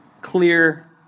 clear